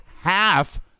half